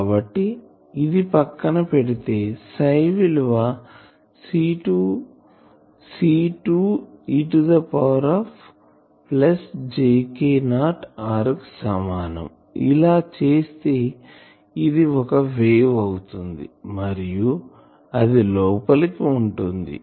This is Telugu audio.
కాబట్టి ఇది పక్కన పెడితే Ψ విలువ C2 e పవర్ jkor కు సమానం ఇలా చేస్తే ఇది ఒక వేవ్ అవుతుంది మరియు అది లోపలకి ఉంటుంది